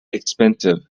expensive